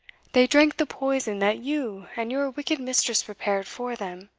they drank the poison that you and your wicked mistress prepared for them.